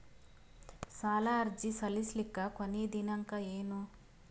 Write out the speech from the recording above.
ಸಾಲ ಅರ್ಜಿ ಸಲ್ಲಿಸಲಿಕ ಕೊನಿ ದಿನಾಂಕ ಏನು?